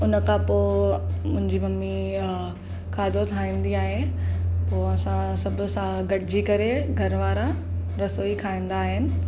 उन खां पोइ मुंहिंजी मम्मी खाधो ठाहींदी आहे पोइ असां सभ सां गॾिजी करे घर वारा रसोई खाईंदा आहिनि